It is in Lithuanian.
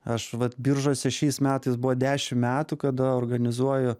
aš vat biržuose šiais metais buvo dešim metų kada organizuoju